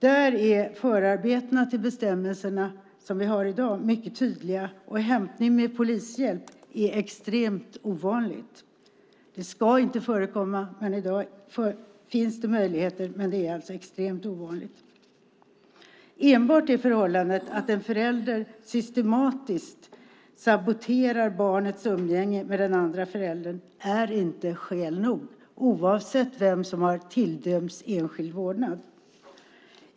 Där är förarbetena till de bestämmelser som vi har i dag mycket tydliga, och hämtning med polishjälp är extremt ovanligt. Det ska inte förekomma. I dag finns det möjligheter, men det är alltså extremt ovanligt. Enbart det förhållandet att en förälder systematiskt saboterar barnets umgänge med den andra föräldern är inte skäl nog, oavsett vem som har tilldömts enskild vårdnad.